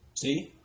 See